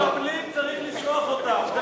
מחבלים, צריך לשלוח אותם.